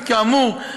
כאמור,